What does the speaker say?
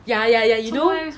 ya ya ya you know